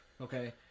okay